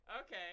Okay